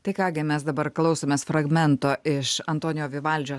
tai ką gi mes dabar klausomės fragmento iš antonijo vivaldžio